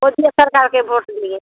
सरकार के वोट देंगे